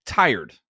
tired